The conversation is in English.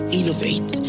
innovate